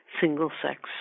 single-sex